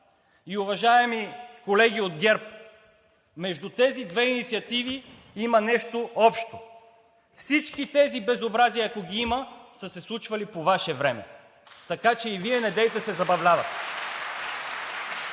И, уважаеми колеги от ГЕРБ, между тези две инициативи има нещо общо – всички тези безобразия, ако ги има, са се случвали по Ваше време, така че и Вие недейте да се забавлявате!